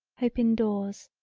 hope in doors,